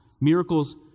Miracles